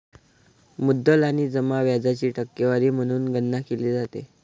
मुद्दल आणि जमा व्याजाची टक्केवारी म्हणून गणना केली जाते